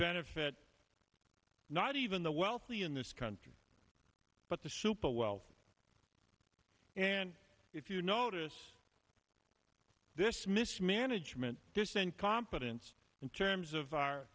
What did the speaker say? benefit not even the wealthy in this country but the super wealthy and if you notice this mismanagement there's been competence in terms of our